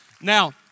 Now